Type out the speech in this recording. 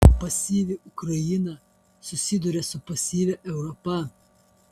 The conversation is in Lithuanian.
pasyvi ukraina susiduria su pasyvia europa